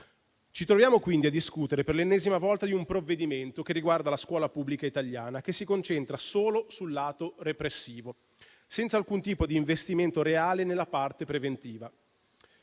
Ci troviamo quindi a discutere, per l'ennesima volta, di un provvedimento che riguarda la scuola pubblica italiana e che si concentra solo sul lato repressivo, senza alcun tipo di investimento reale nella parte preventiva.